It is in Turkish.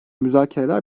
müzakereler